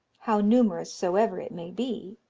how numerous soever it may be,